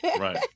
Right